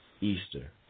Easter